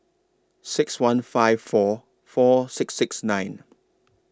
six one five four four six six nine